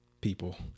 people